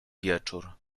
wieczór